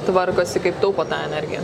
tvarkosi kaip taupo tą energiją